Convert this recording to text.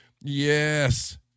Yes